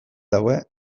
dute